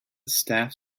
staff